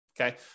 Okay